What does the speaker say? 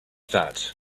that